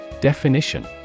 Definition